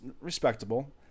respectable